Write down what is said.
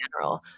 general